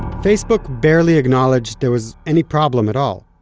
facebook barely acknowledged there was any problem at all.